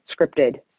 scripted